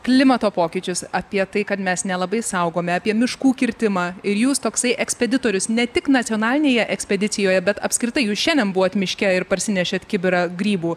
klimato pokyčius apie tai kad mes nelabai saugome apie miškų kirtimą ir jūs toksai ekspeditorius ne tik nacionalinėje ekspedicijoje bet apskritai jūs šiandien buvot miške ir parsinešėt kibirą grybų